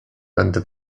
będę